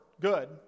Good